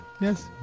Yes